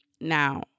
now